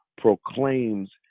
proclaims